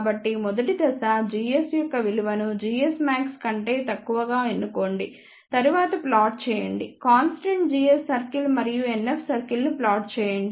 కాబట్టి మొదటి దశ gs యొక్క విలువను gs max కంటే తక్కువగా ఎన్నుకోండి తరువాత ప్లాట్ చేయండి కాన్స్టెంట్ gs సర్కిల్ మరియు NF సర్కిల్ను ప్లాట్ చేయండి